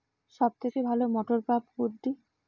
সবথেকে ভালো মটরপাম্প কোনটি?